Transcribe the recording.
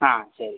ஆ சரி